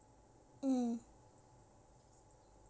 mm